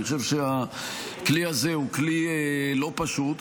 אני חושב שהכלי הזה הוא כלי לא פשוט.